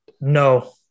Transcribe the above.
No